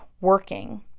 working